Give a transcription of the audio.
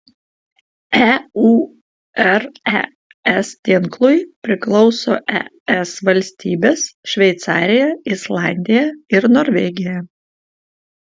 eures tinklui priklauso es valstybės šveicarija islandija ir norvegija